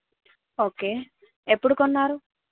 okay ఎప్పడు కొన్నారు